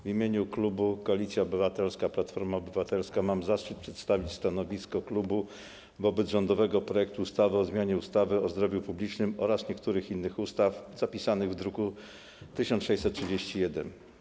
W imieniu klubu Koalicja Obywatelska - Platforma Obywatelska mam zaszczyt przedstawić stanowisko klubu wobec rządowego projektu ustawy o zmianie ustawy o zdrowiu publicznym oraz niektórych innych ustaw, druk nr 1631.